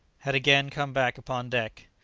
had again come back upon deck.